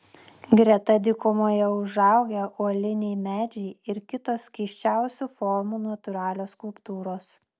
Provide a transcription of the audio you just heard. greta dykumoje užaugę uoliniai medžiai ir kitos keisčiausių formų natūralios skulptūros